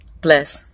Bless